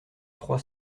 trois